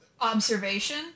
observation